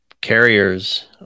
carriers